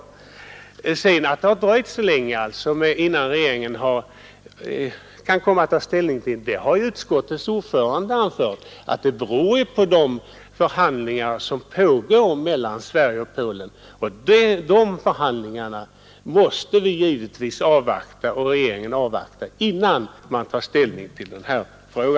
Vad beträffar frågan om att det dröjer så länge innan regeringen kan komma att ta ställning, så har utskottets ordförande anfört att det beror på de förhandlingar som pågår mellan Sverige och Polen. Resultatet av dessa förhandlingar måste vi och regeringen givetvis avvakta innan man tar ställning till denna fråga.